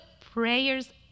prayers